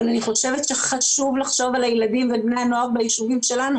אבל אני חושבת שחשוב לחשוב על הילדים ועל בני הנוער ביישובים שלנו